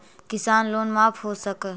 किसान लोन माफ हो सक है?